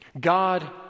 God